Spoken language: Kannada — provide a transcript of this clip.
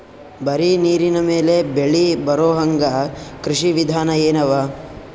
ಬರೀ ನೀರಿನ ಮೇಲೆ ಬೆಳಿ ಬರೊಹಂಗ ಕೃಷಿ ವಿಧಾನ ಎನವ?